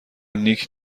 نیک